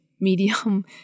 medium